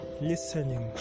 listening